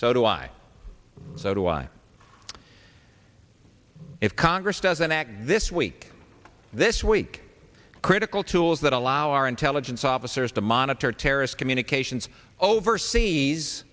so do i so do i if congress doesn't act this week this week critical tools that allow our intelligence officers to monitor terrorist communications overseas